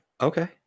okay